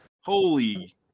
Holy